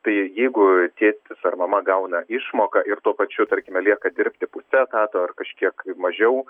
tai jeigu tėtis ar mama gauna išmoką ir tuo pačiu tarkime lieka dirbti puse etato ar kažkiek mažiau